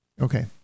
Okay